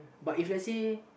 but if let's say